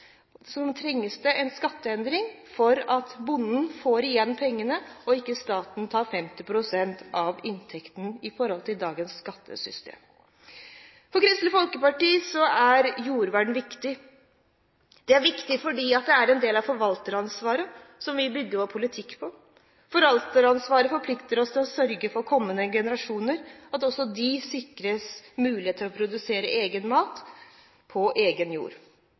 det en skatteendring, slik at bonden får igjen pengene og staten ikke tar 50 pst. av inntekten, ut fra dagens skattesystem. For Kristelig Folkeparti er jordvern viktig. Det er viktig fordi det er en del av det forvalteransvaret som vi bygger vår politikk på. Forvalteransvaret forplikter oss til å sørge for kommende generasjoner, at også de sikres mulighet til å produsere egen mat på egen jord.